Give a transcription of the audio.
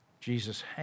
Jesus